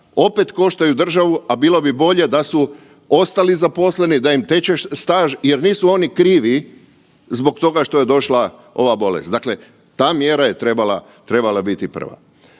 opet koštaju državu, a bilo bi bolje da su ostali zaposleni, da im teče staž jer nisu oni krivi zbog toga što je došla ova bolest. Dakle, ta mjera je trebala, trebala